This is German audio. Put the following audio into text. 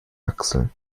achseln